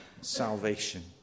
salvation